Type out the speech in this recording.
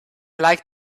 like